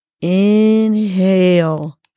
inhale